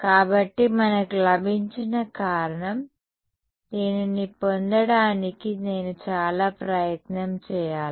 కాబట్టి మనకు లభించిన కారణం దీనిని పొందడానికి నేను చాలా ప్రయత్నం చేయాలా